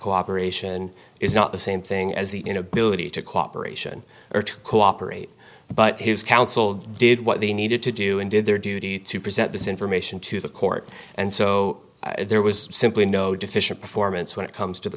cooperation is not the same thing as the inability to cooperation or to cooperate but his counsel did what they needed to do and did their duty to present this information to the court and so there was simply no deficient performance when it comes to the